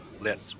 lets